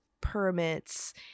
permits